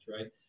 right